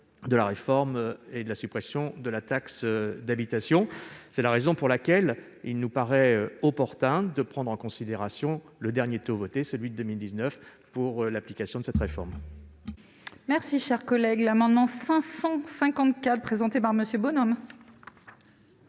de la réforme de la suppression progressive de la taxe d'habitation. C'est la raison pour laquelle il nous paraît opportun de prendre en considération le dernier taux voté, celui de 2019, pour l'application de cette réforme.